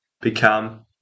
become